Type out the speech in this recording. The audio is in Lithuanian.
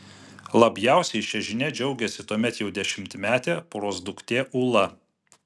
labiausiai šia žinia džiaugėsi tuomet jau dešimtmetė poros duktė ula